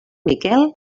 miquel